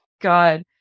God